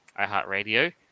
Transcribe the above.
iHeartRadio